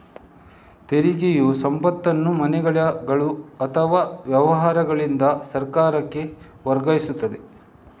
ತೆರಿಗೆಯು ಸಂಪತ್ತನ್ನು ಮನೆಗಳು ಅಥವಾ ವ್ಯವಹಾರಗಳಿಂದ ಸರ್ಕಾರಕ್ಕೆ ವರ್ಗಾಯಿಸುತ್ತದೆ